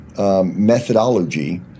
methodology